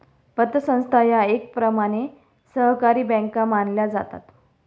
पतसंस्था या एकप्रकारे सहकारी बँका मानल्या जातात